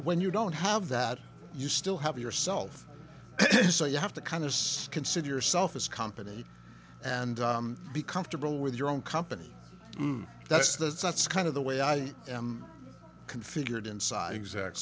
when you don't have that you still have yourself so you have to kind of us consider yourself as company and be comfortable with your own company that's the that's kind of the way i am configured inside exact